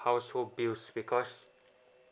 household bills because